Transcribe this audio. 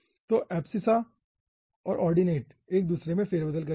तो एब्ससिस्सा और ऑर्डिनेट एक दूसरे में फेरबदल करेंगे